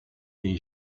les